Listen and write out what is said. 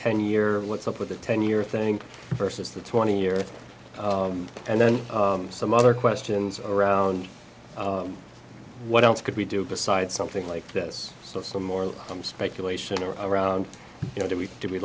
ten year what's up with the ten year think versus the twenty year and then some other questions around what else could we do besides something like this so some more some speculation around you know do we do we